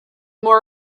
more